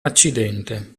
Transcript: accidente